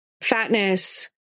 fatness